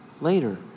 later